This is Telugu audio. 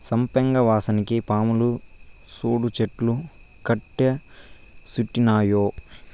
సంపెంగ వాసనకి పాములు సూడు చెట్టు కెట్టా సుట్టినాయో